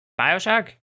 Bioshock